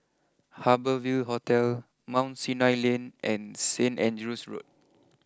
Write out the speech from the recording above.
Harbour Ville Hotel Mount Sinai Lane and Saint Andrew's Road